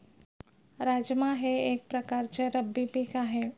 राजमा हे एक प्रकारचे रब्बी पीक आहे